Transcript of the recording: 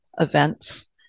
events